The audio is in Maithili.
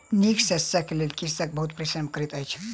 नीक शस्यक लेल कृषक बहुत परिश्रम करैत अछि